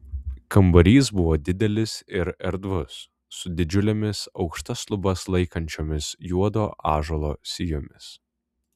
kambarys buvo didelis ir erdvus su didžiulėmis aukštas lubas laikančiomis juodo ąžuolo sijomis